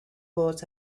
bullets